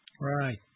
Right